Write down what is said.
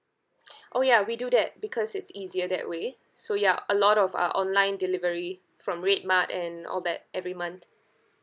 oh ya we do that because it's easier that way so ya a lot of uh online delivery from redmart and all that every month